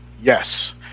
Yes